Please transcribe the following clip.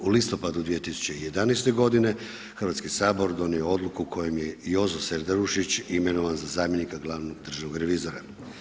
U listopadu 2011. godine Hrvatski sabor donio je odluku kojom je Jozo Serdarušić imenovan za zamjenika glavnog državnog revizora.